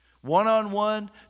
One-on-one